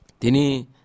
Dini